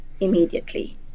immediately